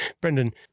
Brendan